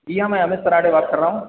जी हाँ मैं अमित सराडे बात कर रहा हूँ